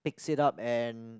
fix it up and